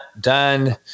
done